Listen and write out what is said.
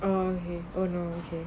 oh oh no okay